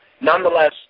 Nonetheless